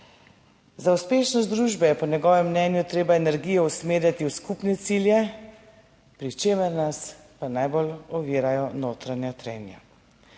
Za uspešnost družbe je po njegovem mnenju treba energijo usmerjati v skupne cilje, pri čemer nas pa najbolj ovirajo notranja trenja.